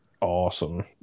Awesome